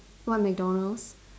what McDonald's